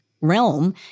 realm